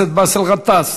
חבר הכנסת באסל גטאס,